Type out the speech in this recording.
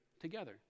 together